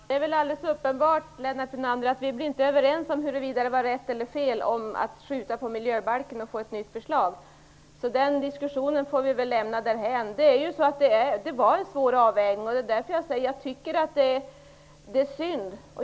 Fru talman! Det är väl alldeles uppenbart, Lennart Brunander, att vi inte blir överens om huruvida det var rätt eller fel att skjuta på miljöbalken för att få ett nytt förslag, så den diskussionen får vi väl lämna därhän. Det var en svår avvägning, och det är därför jag säger att jag tycker att det är synd.